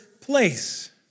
place